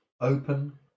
open